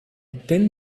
thin